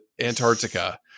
Antarctica